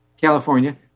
California